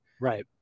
Right